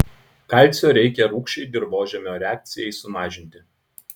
kalcio reikia rūgščiai dirvožemio reakcijai sumažinti